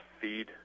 feed